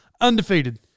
Undefeated